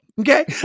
Okay